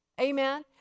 Amen